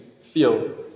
feel